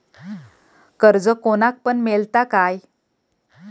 कर्ज कोणाक पण मेलता काय?